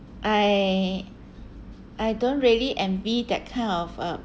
I I don't really envy that kind of a